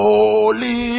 Holy